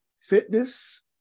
fitness